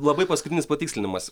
labai paskutinis patikslinimas